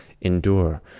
endure